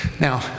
Now